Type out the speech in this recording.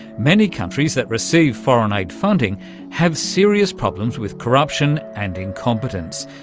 many countries that receive foreign aid funding have serious problems with corruption and incompetence.